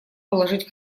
положить